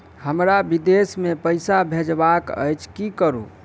हमरा विदेश मे पैसा भेजबाक अछि की करू?